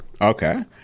Okay